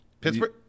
Pittsburgh